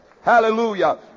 Hallelujah